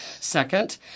Second